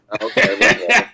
Okay